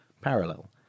parallel